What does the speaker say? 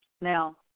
Now